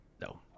No